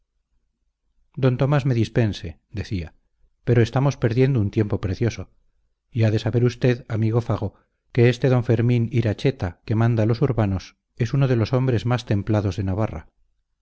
don tomás me dispense decía pero estamos perdiendo un tiempo precioso y ha de saber usted amigo fago que este d fermín iracheta que manda los urbanos es uno de los hombres más templados de navarra